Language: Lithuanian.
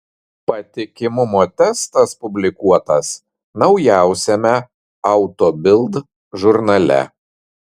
patikimumo testas publikuotas naujausiame auto bild žurnale